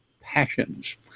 passions